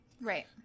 Right